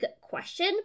question